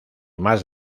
más